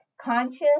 Conscious